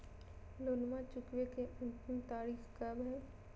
लोनमा चुकबे के अंतिम तारीख कब हय?